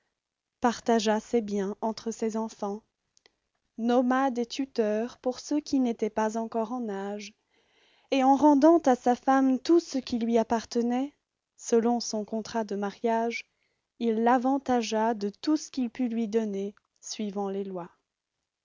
partagea ses biens entre ses enfants nomma des tuteurs pour ceux qui n'étaient pas encore en âge et en rendant à sa femme tout ce qui lui appartenait selon son contrat de mariage il l'avantagea de tout ce qu'il put lui donner suivant les lois